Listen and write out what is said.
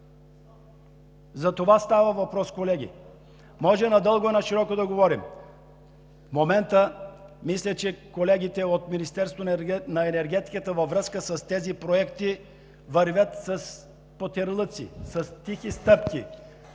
Затова става въпрос, колеги! Може да говорим надълго и нашироко, в момента мисля, че колегите от Министерството на енергетиката във връзка с тези проекти вървят по терлици, с тихи стъпки